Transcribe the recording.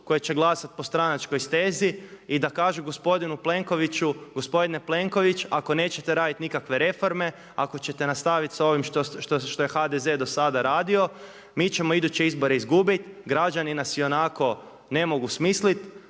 koje će glasati po stranačkoj stezi i da kažu gospodinu Plenkoviću gospodine Plenković ako nećete raditi nikakve reforme, ako ćete nastaviti s ovim što je HDZ dosada radio mi ćemo iduće izbore izgubiti, građani nas ionako ne mogu smisliti,